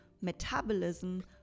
metabolism